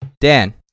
Dan